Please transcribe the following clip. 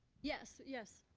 yes, yes.